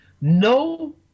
no